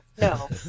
no